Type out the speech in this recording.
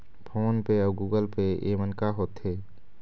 Phone पे अउ Google पे येमन का होते?